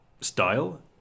style